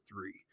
three